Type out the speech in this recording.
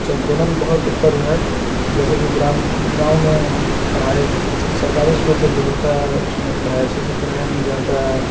शिक्षण दोनों में बहुत अंतर है जैसे कि गाँव में पढ़ाई सरकारी इस्कूल सब जो होता है उसमें पढ़ाई अच्छे से कराया नहीं जाता है